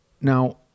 Now